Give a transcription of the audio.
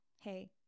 hey